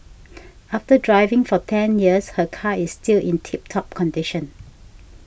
after driving for ten years her car is still in tip top condition